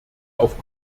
auf